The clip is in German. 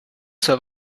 zur